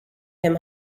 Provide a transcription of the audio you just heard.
him